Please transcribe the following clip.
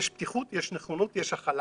כי יש פתיחות, יש נכונות, יש הכלה